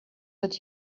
that